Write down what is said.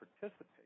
participate